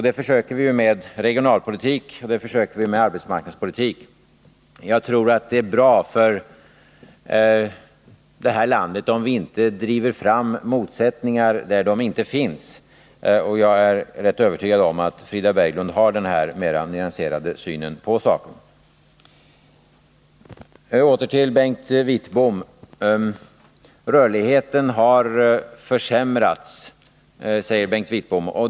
Det försöker vi att åstadkomma genom regionalpolitik och arbetsmarknadspolitik. Jag tror att det vore bra för det här landet om vi lät bli att driva fram motsättningar där sådana inte finns. Jag är rätt övertygad om att också Frida Berglund har en mer nyanserad syn på saken. Åter till Bengt Wittbom. Rörligheten har försämrats, säger han.